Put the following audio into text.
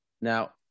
Now